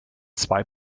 zwei